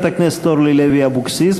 חברת הכנסת אורלי לוי אבקסיס,